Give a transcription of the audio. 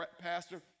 pastor